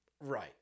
Right